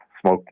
smoke